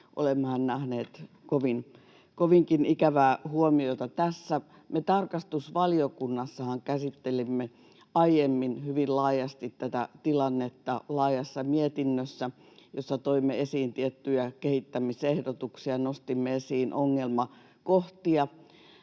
olemmehan nähneet tässä kovinkin ikävää huomiota. Me tarkastusvaliokunnassahan käsittelimme aiemmin hyvin laajasti tätä tilannetta laajassa mietinnössä, jossa toimme esiin tiettyjä kehittämisehdotuksia ja nostimme esiin ongelmakohtia.